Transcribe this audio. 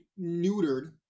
neutered